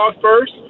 first